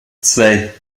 zwei